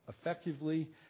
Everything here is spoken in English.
effectively